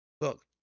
Look